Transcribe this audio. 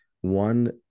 one